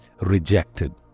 rejected